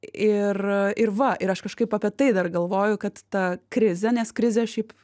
ir ir va ir aš kažkaip apie tai dar galvoju kad ta krizė nes krizė šiaip